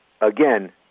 again